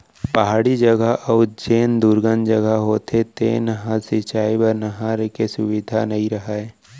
पहाड़ी जघा अउ जेन दुरगन जघा होथे तेन ह सिंचई बर नहर के सुबिधा नइ रहय